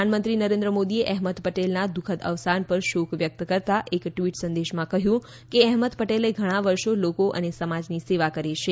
પ્રધાનમંત્રી નરેન્દ્ર મોદીએ અહેમદ પટેલના દુઃખદ અવસાન પર શોક વ્યકત કરતા એક ટવીટ સંદેશમાં કહ્યું કે અહેમદ પટેલે ઘણા વર્ષો સુધી લોકો અને સમાજની સેવા કરી છે